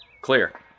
Clear